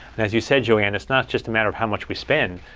and as you said, joanne, it's not just a matter of how much we spend,